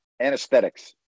anesthetics